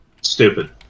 stupid